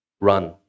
Run